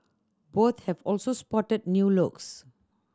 both have also spotted new looks